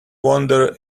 wonder